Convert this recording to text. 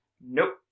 Nope